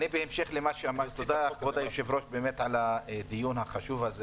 תודה אדוני היו"ר באמת על הדיון החשוב הזה